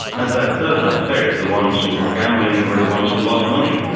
and that does sound fair, the ones who were gambling were the ones who lost money.